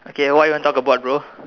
K what you wanna talk about bro